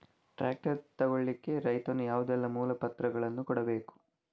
Tractor ತೆಗೊಳ್ಳಿಕೆ ರೈತನು ಯಾವುದೆಲ್ಲ ಮೂಲಪತ್ರಗಳನ್ನು ಕೊಡ್ಬೇಕು?